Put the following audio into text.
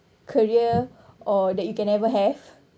career or that you can ever have